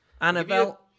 Annabelle